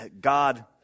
God